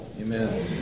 Amen